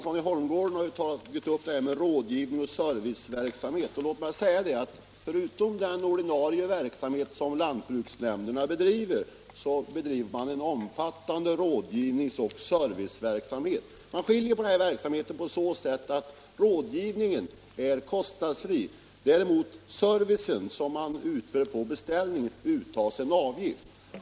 Herr talman! Herr Johansson i Holmgården tog upp frågan om rådgivnings och serviceverksamhet. Låt mig då säga att lantbruksnämnderna förutom sin ordinarie verksamhet också bedriver en omfattande rådgivnings och serviceverksamhet. Man skiljer mellan dessa verksamheter på så sätt att rådgivningen är kostnadsfri, medan man för servicen, som man utför på beställning, tar ut en avgift.